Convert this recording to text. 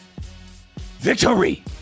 Victory